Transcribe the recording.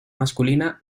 masculina